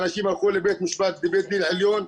אנשים הלכו לבית דין עליון,